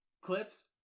clips